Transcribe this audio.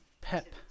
pep